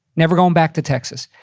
never going back to texas.